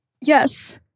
yes